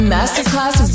Masterclass